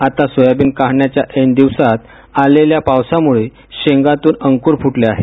आता सोयाबीन काढण्याच्या ऐन दिवसात आलेल्या पावसामुळे शेंगातून अंकुर फुटले आहे